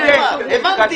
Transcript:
- להבנתי